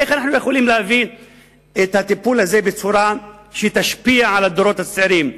יכולים להביא את הטיפול הזה לצורה שתשפיע על הדורות הצעירים?